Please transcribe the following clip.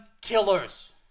killers